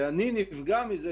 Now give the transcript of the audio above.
אני נפגע מזה,